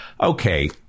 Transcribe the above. Okay